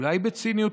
אולי בציניות,